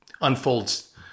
unfolds